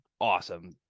awesome